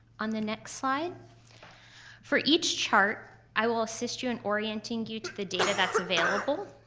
on the next slide for each chart i will assist you in orienting you to the data that's available.